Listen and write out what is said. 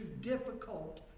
difficult